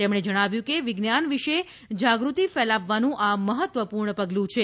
તેમણે જણાવ્યું કે વિજ્ઞાન વિશે જાગૃતિ ફેલાવવાનું આ મહત્વપૂર્ણ પગલું છે